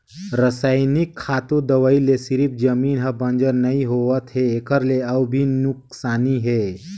रसइनिक खातू, दवई ले सिरिफ जमीन हर बंजर नइ होवत है एखर ले अउ भी नुकसानी हे